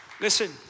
Listen